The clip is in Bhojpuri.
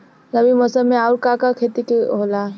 रबी मौसम में आऊर का का के खेती होला?